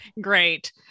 Great